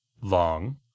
long